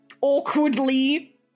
awkwardly